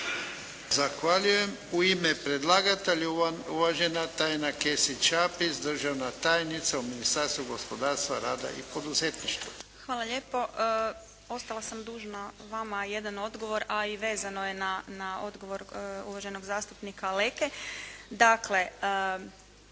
Zahvaljujem. U ime predlagatelja, uvažena Tajana Kesić Šapić, državna tajnica u Ministarstvu gospodarstva, rada i poduzetništva. **Kesić-Šapić, Tajana** Hvala lijepo. Ostala sam dužna vama jedan odgovor, a i vezano je na odgovor uvaženog zastupnika Leke.